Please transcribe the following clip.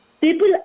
People